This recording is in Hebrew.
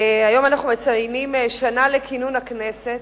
היום אנחנו מציינים שנה לכינון הכנסת.